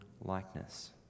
likeness